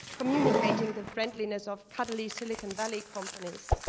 communicating the friendliness of cuddly silicon valley companies.